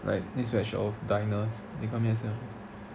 like next batch of diners they come in at seven fifteen